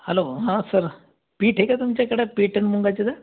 hello हां sir पीठ आहे का सर तुमच्याकडे पीठ आणि मुंगाची डाळ